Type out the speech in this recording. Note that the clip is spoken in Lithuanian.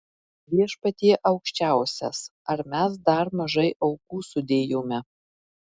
viešpatie aukščiausias ar mes dar mažai aukų sudėjome